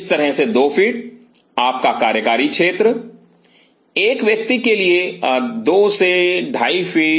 इस तरह से 2 फीट आपका कार्यकारी क्षेत्र एक व्यक्ति के लिए दो से ढाई फीट